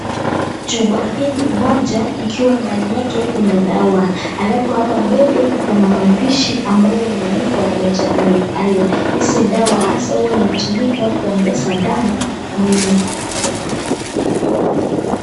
Chupa hili moja ikiwa ndani yake kuna dawa, alafu hapa mbele iko na maandishi ambayo imeandikwa nature made iron .Hizi dawa haswa huwa inatumika kuongeza damu mwili.